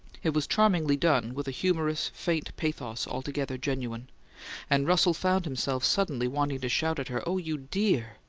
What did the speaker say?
it was charmingly done, with a humorous, faint pathos altogether genuine and russell found himself suddenly wanting to shout at her, oh, you dear!